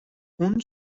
اون